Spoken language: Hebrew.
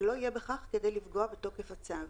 ולא יהיה בכך כדי לפגוע בתוקף הצו,